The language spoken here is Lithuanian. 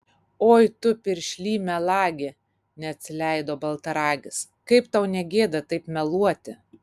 oi tu piršly melagi neatsileido baltaragis kaip tau ne gėda taip meluoti